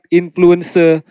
influencer